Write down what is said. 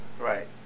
Right